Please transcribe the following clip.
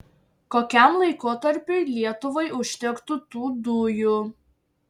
kokiam laikotarpiui lietuvai užtektų tų dujų